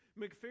McPherson